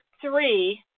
three